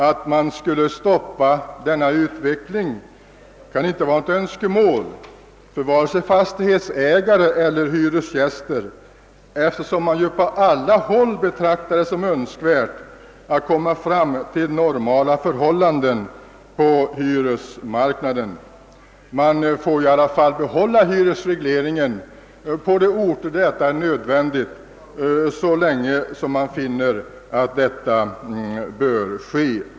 Att denna utveckling skulle stoppas kan inte vara ett önskemål för vare sig fastighetsägare eller hyresgäster, eftersom man på alla håll betraktar det som Önskvärt att uppnå normala förhållanden på hyresmarknaden. Man får i alla fall behålla hyresregleringen på vissa orter så länge som man finner det nödvändigt.